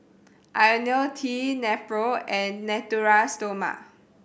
Ionil T Nepro and Natura Stoma